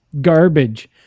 Garbage